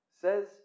says